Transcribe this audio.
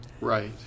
Right